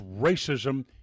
racism